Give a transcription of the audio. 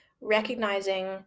recognizing